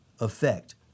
effect